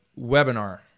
webinar